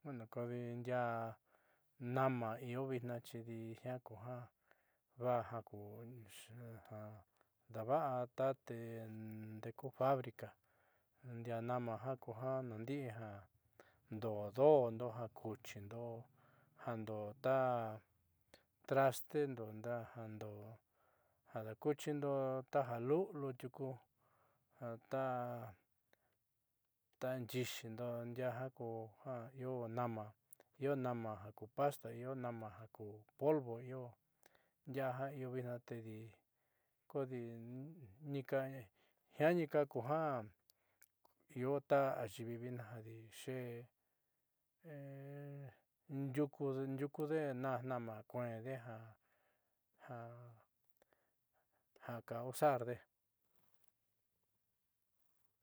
Kodi ndiaa nama io vitnaa xidi jiaa kuja va'a jaku ja daava'a tate ndeku fábrica ndiaá nama ja kuja naandi'i ja ndoo do'ondo ja kuxiindo ja ndo'o ta trostendo jandoo ja dakuxindo taja lu'uliu tiuku ja ta ta nyiiyindo ndiaá jaku ja io nama io nama jaku pasta io nama jaku polvo io ndiaa jiaa io vitnaa tedi kodi jiaanika kuja io ta ayiivi vitna jadi ndiukude naa nama kueende ja ja ja ka usarde.